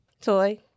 Toy